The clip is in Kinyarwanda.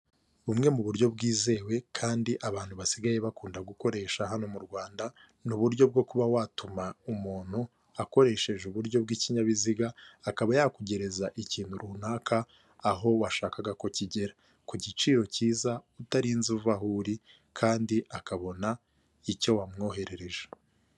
Bumwe mu buryo bwizewe kandi abantu basigaye bakunda gukoresha hano mu Rwanda ni uburyo bwo kuba watuma umuntu akoresheje uburyo bw'ikinyabiziga, akaba yakugereza ikintu runaka aho washakaga ko kigera, ku giciro cyiza utarinze uva aho uri kandi akabona icyo wamwoherereje.